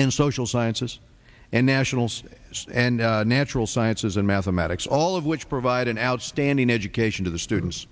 and social sciences and national state and natural sciences and mathematics all of which provide an outstanding education to the students